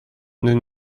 nous